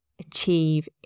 achieve